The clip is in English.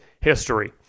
history